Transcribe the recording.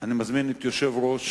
אני מזמין את יושב-ראש